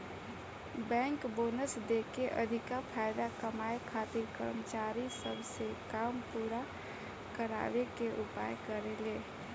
bank bonus देके अधिका फायदा कमाए खातिर कर्मचारी सब से काम पूरा करावे के उपाय करेले